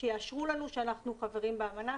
שיאשרו לנו שאנחנו חברים באמנה,